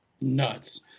nuts